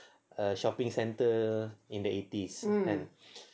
err shopping centres err in the eighties kan